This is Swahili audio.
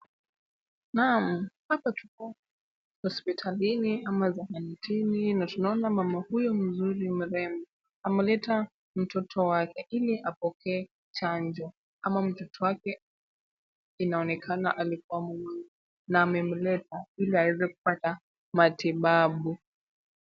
Naam! Hapa tuko hospitalini ama zahanatini na tunaona mama huyu mzuri mrembo, ameleta mtoto wake ili apokee chanjo ama mtoto wake inaonekana alikuwa mgonjwa na amemleta ili aweze kupata matibabu.